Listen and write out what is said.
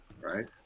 right